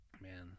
Man